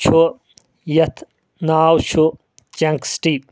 چھُ یتھ ناو چھُ چنک سٹی